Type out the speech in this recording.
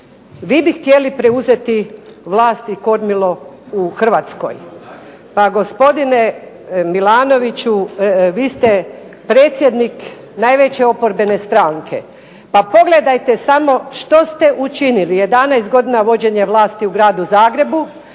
Vi bi htjeli preuzeti vlast i kormilo u Hrvatskoj. Pa gospodine Milanoviću, vi ste predsjednik najveće oporbene stranke, pa pogledajte samo što ste učinili 11 godina vođenja vlasti u gradu Zagrebu.